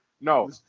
No